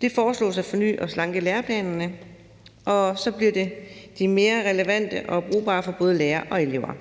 Det foreslås at forny og slanke læreplanerne, så de bliver mere relevante og brugbare for både lærere og elever.